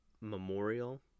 memorial